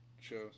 shows